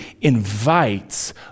invites